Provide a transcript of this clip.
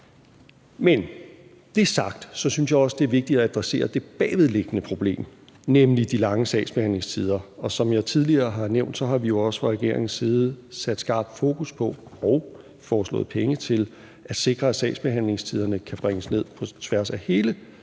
det er sagt, synes jeg også, det er vigtigt at adressere det bagvedliggende problem, nemlig de lange sagsbehandlingstider. Og som jeg tidligere har nævnt, har vi jo også fra regeringens side sat skarpt fokus på og foreslået penge til at sikre, at sagsbehandlingstiderne kan bringes ned på tværs af hele